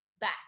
back